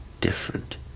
different